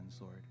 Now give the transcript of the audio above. Lord